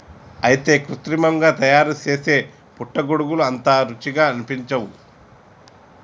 అయితే కృత్రిమంగా తయారుసేసే పుట్టగొడుగులు అంత రుచిగా అనిపించవు